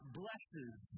blesses